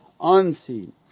unseen